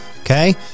Okay